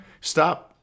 Stop